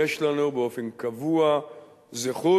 יש לנו באופן קבוע זכות,